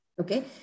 Okay